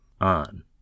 on